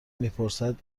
میپرسد